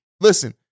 Listen